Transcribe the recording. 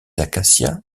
acacias